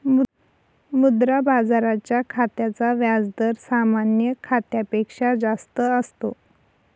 मुद्रा बाजाराच्या खात्याचा व्याज दर सामान्य खात्यापेक्षा जास्त असतो